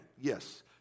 Yes